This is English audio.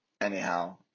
anyhow